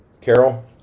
Carol